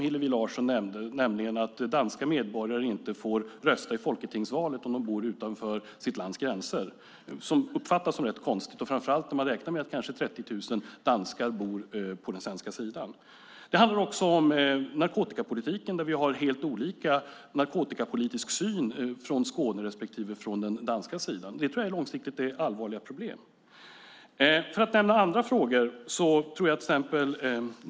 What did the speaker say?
Hillevi Larsson nämnde rösträtten, nämligen att danska medborgare inte får rösta i folketingsvalet om de bor utanför sitt lands gränser. Det uppfattas som konstigt, framför allt när ca 30 000 danskar bor på den svenska sidan. Det handlar också om narkotikapolitiken. Vi har helt olika narkotikapolitisk syn i Skåne och på den danska sidan. Det ger långsiktigt allvarliga problem. Låt mig nämna andra frågor.